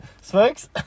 Smokes